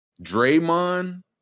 Draymond